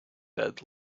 bed